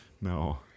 No